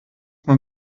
man